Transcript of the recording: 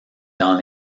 dans